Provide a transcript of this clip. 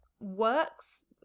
works